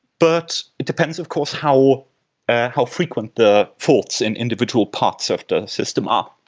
but it depends of course how how frequent the faults in individual parts of the system are.